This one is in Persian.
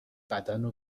بدنو